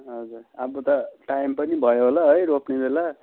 हजुर अब त टाइम पनि भयो होला है रोप्ने बेला